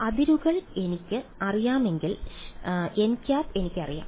അതിരുകൾ എനിക്ക് അറിയാമെങ്കിൽ nˆ എനിക്കറിയാം